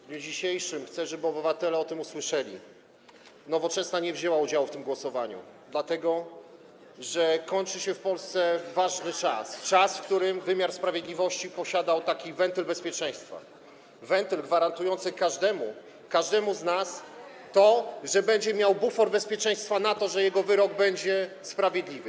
W dniu dzisiejszym - chcę, żeby obywatele o tym usłyszeli - Nowoczesna nie wzięła udziału w tym głosowaniu, dlatego że kończy się w Polsce ważny czas, czas, w którym wymiar sprawiedliwości posiadał taki wentyl bezpieczeństwa, wentyl gwarantujący każdemu, każdemu z nas, to, że będzie miał bufor bezpieczeństwa, że wyrok w jego sprawie będzie sprawiedliwy.